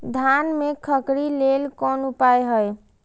धान में खखरी लेल कोन उपाय हय?